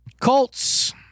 Colts